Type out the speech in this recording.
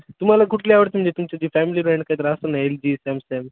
तुम्हाला कुठली आवडते म्हणजे तुमची जी फॅमिली ब्रँड काय तरी असंल ना एल जी सॅमसँग